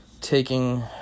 taking